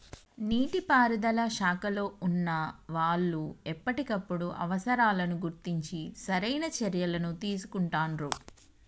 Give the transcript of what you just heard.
నీటి పారుదల శాఖలో వున్నా వాళ్లు ఎప్పటికప్పుడు అవసరాలను గుర్తించి సరైన చర్యలని తీసుకుంటాండ్రు